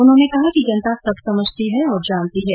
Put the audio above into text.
उन्होंने कहा कि जनता सब समझती और जानती हैं